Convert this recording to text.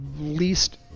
least